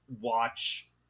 watch